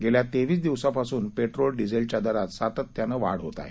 गेल्या तेवीस दिवसांपासून पेट्रोल डिझेलच्या दरात सातत्याने वाढ होत आहे